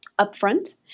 upfront